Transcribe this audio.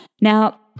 Now